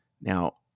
Now